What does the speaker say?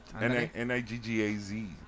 N-I-G-G-A-Z